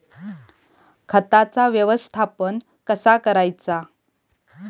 खताचा व्यवस्थापन कसा करायचा?